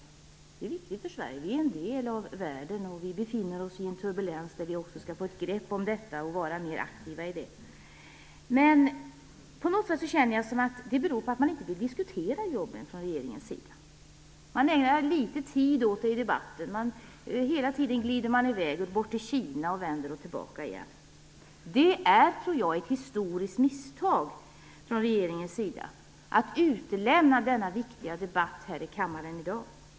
Det är visserligen viktigt för Sverige. Vi är en del av världen, och vi befinner oss i en turbulens där vi också skall få ett grepp om detta och vara mer aktiva i det. Men på något sätt känner jag att det beror på att regeringen inte vill diskutera jobben. Man ägnar litet tid åt det i debatten. Man glider hela tiden i väg bort till Kina och vänder tillbaka igen. Jag tror att det är ett historiskt misstag av regeringen att utelämna denna viktiga debatt här i kammaren i dag.